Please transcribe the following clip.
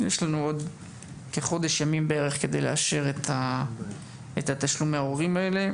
יש לנו עוד כחודש ימים בערך כדי לאשר את תשלומי ההורים האלה.